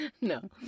No